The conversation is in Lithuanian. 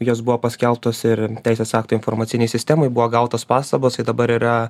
jos buvo paskelbtos ir teisės aktų informacinėj sistemoj buvo gautos pastabos tai dabar yra